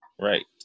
right